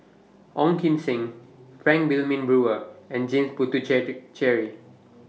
Ong Kim Seng Frank Wilmin Brewer and James Puthucheary